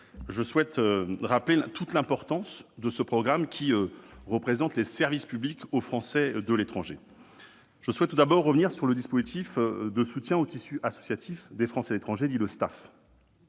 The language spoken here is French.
je souhaite rappeler toute l'importance du programme 151, qui représente les services publics aux Français de l'étranger. Le premier point concerne le dispositif de soutien au tissu associatif des Français de l'étranger, dit STAFE.